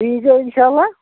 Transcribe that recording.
تُہۍ یی زیو اِنشااللہ